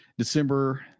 December